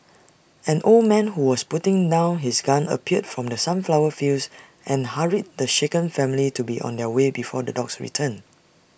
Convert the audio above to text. an old man who was putting down his gun appeared from the sunflower fields and hurried the shaken family to be on their way before the dogs return